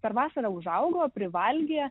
per vasarą užaugo privalgė